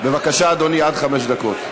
בבקשה, אדוני, עד חמש דקות.